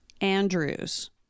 Andrews